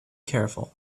careful